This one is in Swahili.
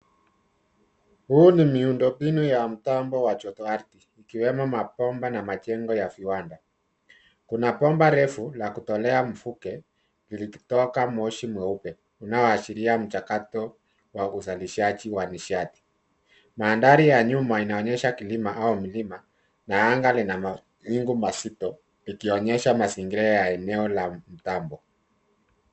Huu ni miundo mbinu ya mtambo wa joto ardhi ikiwemo mabomba na majengo ya viwanda. Kuna bomba refu la kutolea fuke ya moshi mweupe unaoashiria mchakato wa uzalishaji wa nishati. Mandhari ya nyuma inaonyesha kilima au mlima na anga lina mawingo mazito ikionyesha mazingira ya eneo la mtambo.